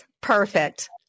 Perfect